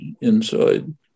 inside